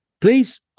Please